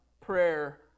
prayer